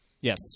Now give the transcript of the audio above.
Yes